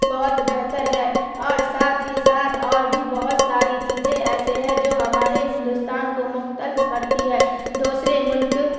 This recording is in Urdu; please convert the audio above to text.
بہت بہتر ہے اور ساتھ ہی ساتھ اور بھی بہت ساری چیزیں ایسے ہے جو ہمارے ہندوستان کو مختلف کرتی ہے دوسرے ملک